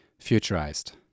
Futurized